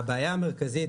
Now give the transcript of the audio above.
הבעיה המרכזית,